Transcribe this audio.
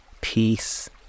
Peace